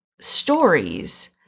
stories